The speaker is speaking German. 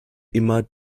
immer